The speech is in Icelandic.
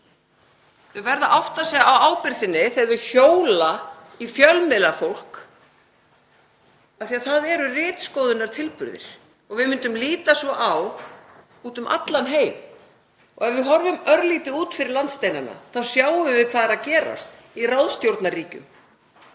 Þau verða að átta sig á ábyrgð sinni þegar þau hjóla í fjölmiðlafólk af því að það eru ritskoðunartilburðir og við myndum líta svo á úti um allan heim. Ef við horfum örlítið út fyrir landsteinana þá sjáum við hvað er að gerast í ráðstjórnarríkjum